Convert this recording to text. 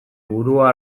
burua